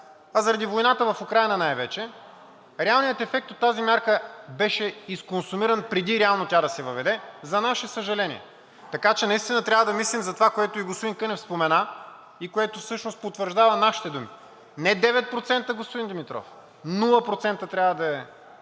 а заради войната в Украйна най-вече, реалният ефект от тази мярка беше изконсумиран преди реално тя да се въведе, за наше съжаление. Така че наистина трябва да мислим за това, което и господин Кънев спомена и което всъщност потвърждава нашите думи – не 9%, господин Димитров, нула процента